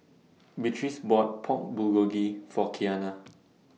Beatrice bought Pork Bulgogi For Keanna